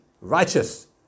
righteous